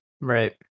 Right